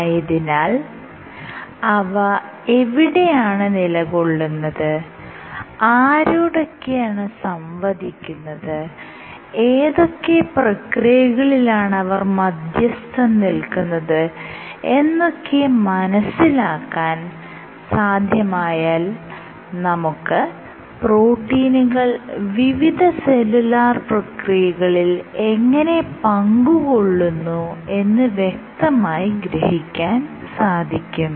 ആയതിനാൽ അവ എവിടെയാണ് നിലകൊള്ളുന്നത് ആരോടൊക്കെയാണ് സംവദിക്കുന്നത് ഏതൊക്കെ പ്രക്രിയകളിലാണ് അവർ മധ്യസ്ഥം നിൽക്കുന്നത് എന്നൊക്കെ മനസിലാക്കാൻ സാധ്യമായാൽ നമുക്ക് പ്രോട്ടീനുകൾ വിവിധ സെല്ലുലാർ പ്രക്രിയകളിൽ എങ്ങനെ പങ്കുകൊള്ളുന്നു എന്ന് വ്യക്തമായി ഗ്രഹിക്കാൻ സാധിക്കും